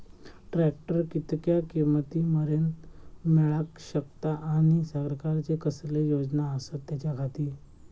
Tractor कितक्या किमती मरेन मेळाक शकता आनी सरकारचे कसले योजना आसत त्याच्याखाती?